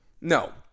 No